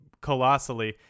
colossally